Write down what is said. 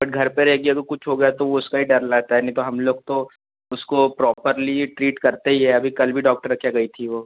but घर पर रहेगी अगर कुछ हो गया तो उसका ही डर रहता है नहीं तो हम लोग तो उसको प्रॉपर्ली ट्रीट करते ही है अभी कल भी डॉक्टर के यहाँ गई थी वह